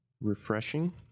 refreshing